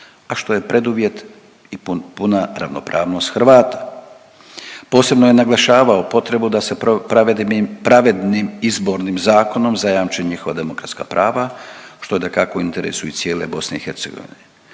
a što je preduvjet i puna ravnopravnost Hrvata, posebno je naglašavao potrebu da se pravednim izbornim zakonom zajamče njihova demokratska prava, što je dakako, u interesu i cijele BiH.